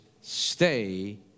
stay